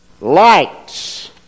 Lights